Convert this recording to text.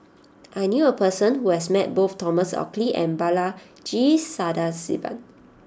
I knew a person who has met both Thomas Oxley and Balaji Sadasivan